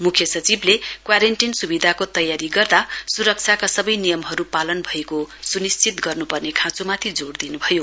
मुख्य सचिवले क्वारेन्टीन सुविधाको तयारी गर्दा सुरक्षाका सबै नियमहरू पालन भएको सुनिश्चित गर्नुपर्ने खाँचोमाथि जोड दिनु भयो